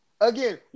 Again